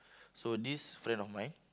so this friend of mine